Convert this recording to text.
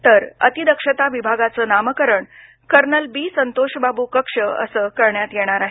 तर अतिदक्षता विभागाचं नामकरण कर्नल बी संतोष बाबू कक्ष असं करण्यात येणार आहे